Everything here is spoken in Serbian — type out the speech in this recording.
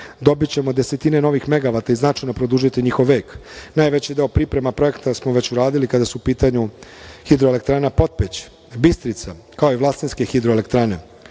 dobićemo desetine novih megavata i značajno produžiti njihov vek. Najveći deo priprema projekta smo već uradili kada su u pitanju hidroelektrana Potpeć, Bistrica, kao i Vlasinske hidroelektrane. Da